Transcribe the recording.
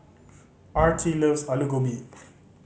Artie loves Alu Gobi